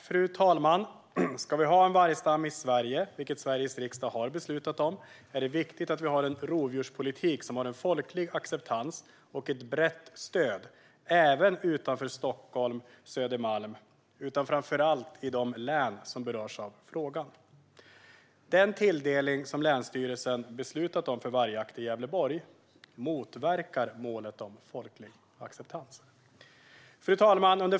Fru talman! Om vi ska ha en vargstam i Sverige - vilket Sveriges riksdag har beslutat att vi ska ha - är det viktigt att det finns folklig acceptans och ett brett stöd för rovdjurspolitiken, även utanför Stockholm och Södermalm. Det gäller framför allt i de län som berörs. Den tilldelning för vargjakt i Gävleborg som länsstyrelsen har beslutat om motverkar målet om folklig acceptans.